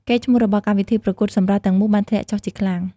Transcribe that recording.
កេរ្តិ៍ឈ្មោះរបស់កម្មវិធីប្រកួតសម្រស់ទាំងមូលបានធ្លាក់ចុះជាខ្លាំង។